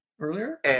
Earlier